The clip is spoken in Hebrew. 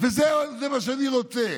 וזה זה מה שאני רוצה.